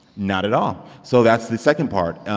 not at all. so that's the second part.